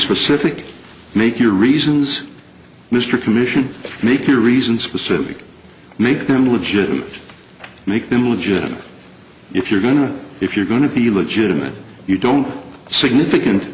specific make your reasons mr commission make your reasons specific make them legitimate make them legitimate if you're going or if you're going to be legitimate you don't significant